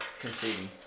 conceding